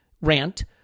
rant